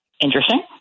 interesting